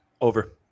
over